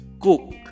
cook